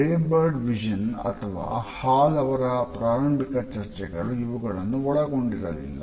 ರೇ Birdwhistell ಅಥವಾ Hall ರವರ ಪ್ರಾರಂಭಿಕ ಚರ್ಚೆಗಳು ಇವುಗಳನ್ನು ಒಳಗೊಂಡಿರಲಿಲ್ಲ